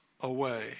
away